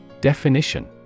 Definition